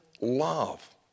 love